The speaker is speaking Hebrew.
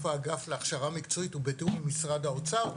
האגף להכשרה מקצועית ובתיאום עם משרד האוצר,